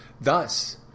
Thus